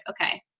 okay